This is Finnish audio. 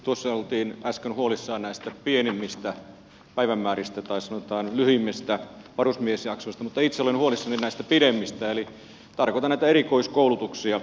tuossa oltiin äsken huolissaan näistä pienimmistä määristä päiviä tai sanotaan lyhimmistä varusmiesjaksoista mutta itse olen huolissani näistä pidemmistä eli tarkoitan näitä erikoiskoulutuksia